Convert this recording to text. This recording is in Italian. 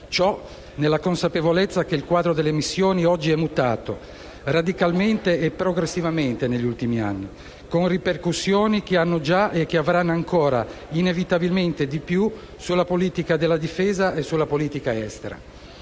ciò nella consapevolezza che il quadro delle missioni è mutato radicalmente e progressivamente negli ultimi anni, con ripercussioni già oggi presenti e che si avranno ancora inevitabilmente di più sulla politica delle difesa e sulla politica estera.